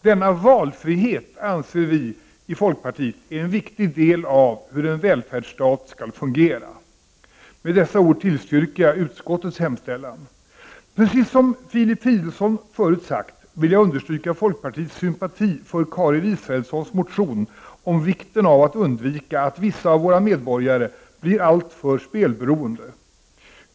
Denna valfrihet anser vi i folkpartiet är en viktig del av hur en välfärdsstat skall fungera. Med dessa ord tillstyrker jag utskottets hemställan. Precis som Filip Fridolfsson förut sagt, vill jag understryka folkpartiets sympati för Karin Israelssons motion om vikten av att undvika att vissa av våra medborgare blir alltför spelberoende.